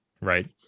right